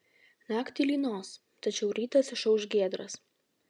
naktį lynos tačiau rytas išauš giedras